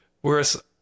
Whereas